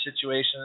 situations